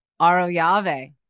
Aroyave